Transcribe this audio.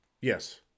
Yes